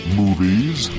movies